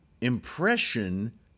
impression